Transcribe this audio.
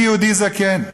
אני יהודי זקן,